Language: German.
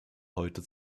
heute